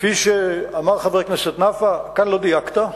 כפי שאמר חבר הכנסת נפאע, כאן לא דייקת,